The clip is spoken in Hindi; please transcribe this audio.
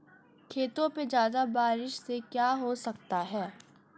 खेतों पे ज्यादा बारिश से क्या हो सकता है?